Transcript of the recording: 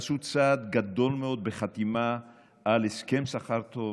עשו צעד גדול מאוד בחתימה על הסכם שכר טוב